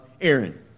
Aaron